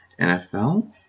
NFL